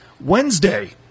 Wednesday